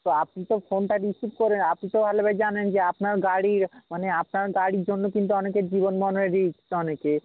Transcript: তা আপনি তো ফোনটা রিসিভ করেন আপনি তো ভালোভাবে জানেন যে আপনার গাড়ি মানে আপনার গাড়ির জন্য কিন্তু অনেকের জীবন মরণের রিস্ক অনেকে